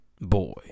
Boy